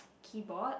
keyboard